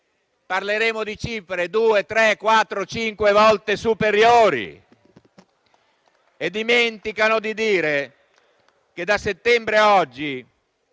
parleremmo di cifre due, tre, quattro o cinque volte superiori. E dimenticano di dire che da settembre ad oggi